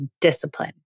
discipline